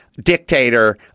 dictator